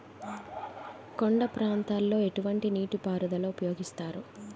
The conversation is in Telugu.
కొండ ప్రాంతాల్లో ఎటువంటి నీటి పారుదల ఉపయోగిస్తారు?